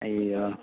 ஐய்யயோ